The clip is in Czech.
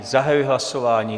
Zahajuji hlasování.